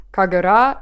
Kagura